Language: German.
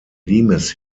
limes